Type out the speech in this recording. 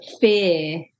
fear